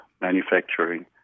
manufacturing